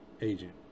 agent